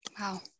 Wow